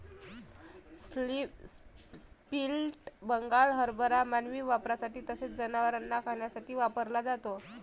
split Bengal हरभरा मानवी वापरासाठी तसेच जनावरांना खाण्यासाठी वापरला जातो